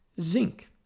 zinc